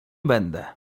będę